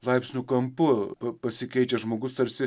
laipsnių kampu pasikeičia žmogus tarsi